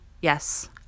yes